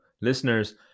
listeners